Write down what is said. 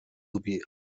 sowie